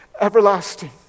everlasting